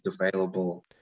available